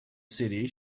city